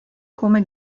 come